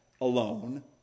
alone